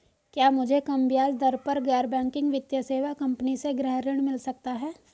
क्या मुझे कम ब्याज दर पर गैर बैंकिंग वित्तीय सेवा कंपनी से गृह ऋण मिल सकता है?